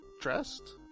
dressed